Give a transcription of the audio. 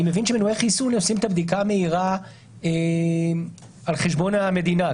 אני מבין שמנועי חיסון עושים את הבדיקה המהירה על חשבון המדינה.